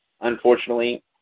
unfortunately